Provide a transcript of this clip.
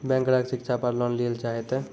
Bank ग्राहक शिक्षा पार लोन लियेल चाहे ते?